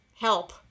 help